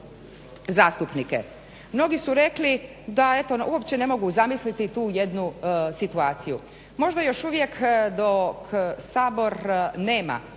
Mnogi su rekli da eto uopće ne mogu zamisliti tu jednu situaciju. Možda još uvijek dok Sabor nema